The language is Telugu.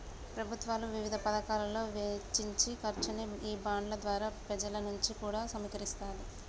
ప్రభుత్వాలు వివిధ పతకాలలో వెచ్చించే ఖర్చుని ఈ బాండ్ల ద్వారా పెజల నుంచి కూడా సమీకరిస్తాది